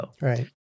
Right